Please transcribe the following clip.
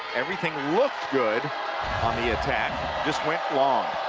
everything looked good on the attack just went long